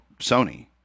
sony